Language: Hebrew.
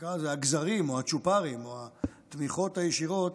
הגזרים או הצ'ופרים או התמיכות הישירות